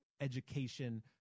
education